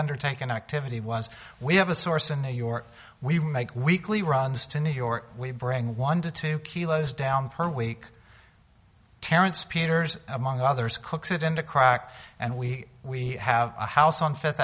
undertaken activity once we have a source in new york we make weekly runs to new york we bring one to two kilos down per week terence peters among others cooks it into crack and we we have a house on fifth